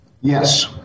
Yes